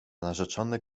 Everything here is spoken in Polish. narzeczony